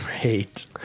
great